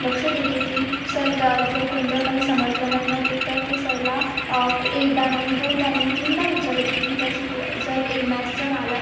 लक्ष देत होती सर ज्या जर कोणतं काही समजलं नाही ना तर तर ते सरला एकदा नाही दोनदा नाही तीनदा विचारत होती त्या शिकवू जर ए मॅथ्सचं राहालं